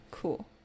Cool